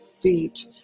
feet